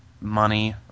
money